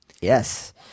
Yes